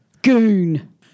Goon